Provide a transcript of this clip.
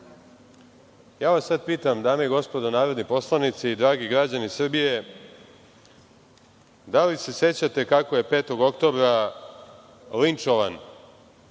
vas sada pitam, dame i gospodo narodni poslanici i dragi građani Srbije, da li se sećate kako je 5. oktobra linčovan